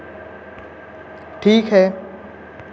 ठीक है